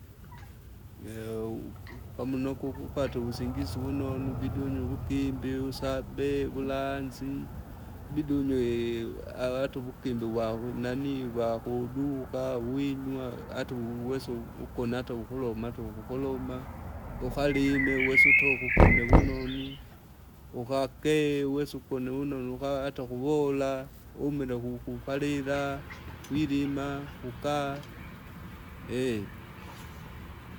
pamuno ukuvupata uvusingizi vunonu, ibidi unywe uwugimbi uwusabe vulanzi, ibidi unywe avati uwugimbi wakunani wakuduka winywa, ata uwese ukona ata ukoloma ata ukukoloma, ukalime uwese utoke ugone vunonu. Ukakele uwese ugone vunonu uka ata ukuwola, umile ukukupalila, wirima kukaa.